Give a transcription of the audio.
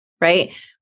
Right